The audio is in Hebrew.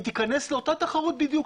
היא תיכנס לאותה תחרות בדיוק.